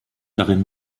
darin